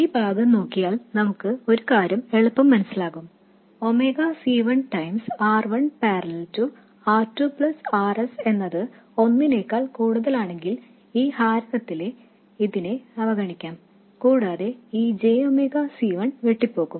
ഈ ഭാഗം നോക്കിയാൽ ഒരു കാര്യം നമുക്ക് എളുപ്പം മനസിലാകും ഒമേഗ C 1 ഗുണനം R 1 parallel R 2 plus R s എന്നത് ഒന്നിനേക്കാൾ കൂടുതലാണെങ്കിൽ ഈ ഹാരകത്തിലെ ഇതിനെ അവഗണിക്കാം കൂടാതെ ഈ j ⍵ C1 വെട്ടിപ്പോകും